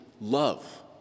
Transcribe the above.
love